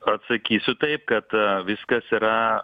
atsakysiu taip kad viskas yra